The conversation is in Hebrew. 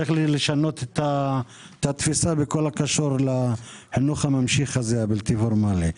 יש לשנות את התפיסה בכל הקשור לחינוך הממשיך הזה הבלתי פורמלי.